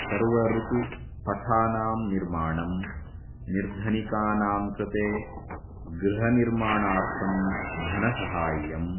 सर्व ऋतु पथानां निर्माणं निर्धनिकानां कृते गृहनिर्माणार्थं धनसहाय्यम्